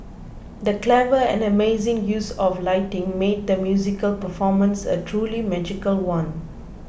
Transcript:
the clever and amazing use of lighting made the musical performance a truly magical one